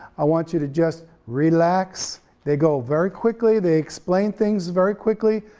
i want you to just relax, they go very quickly, they explain things very quickly,